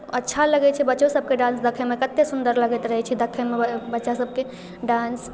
अच्छा लगै छै बच्चोसभके डांस देखैमे कतेक सुन्दर लगैत रहै छै देखैमे ब बच्चासभके डांस